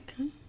Okay